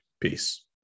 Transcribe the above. Peace